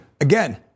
again